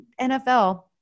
NFL